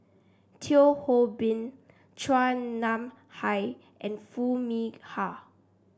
Teo Ho Pin Chua Nam Hai and Foo Mee Har